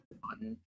button